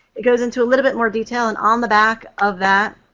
it goes into a little bit more detail. and on the back of that